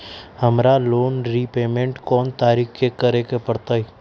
हमरा loan repayment कोन तारीख के करे के परतई?